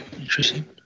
Interesting